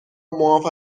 معاف